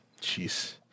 Jeez